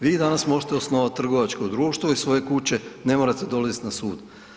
Vi danas možete osnovat trgovačko društvo iz svoje kuće, ne morate dolazit na sud.